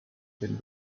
been